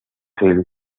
hill